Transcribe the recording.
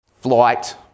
flight